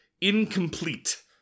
incomplete